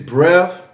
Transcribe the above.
Breath